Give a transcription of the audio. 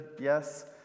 Yes